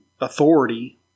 authority